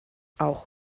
auch